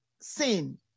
sin